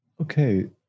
Okay